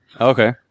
Okay